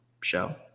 show